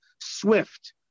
SWIFT